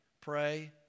pray